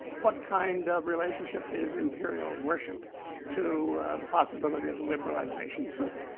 what kind of relationship is imperial worship to the possibility of liberalisation and so forth?